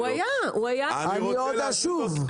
אני עוד אשוב.